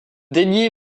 daignez